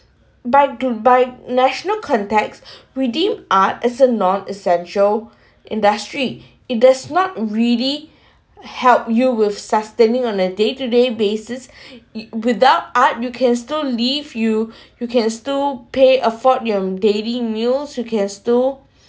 by th~ by national context within art is a non-essential industry it does not really help you with sustaining on a day to day basis it without art you can still leave you you can still pay afford your daily meals you can still